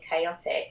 chaotic